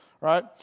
Right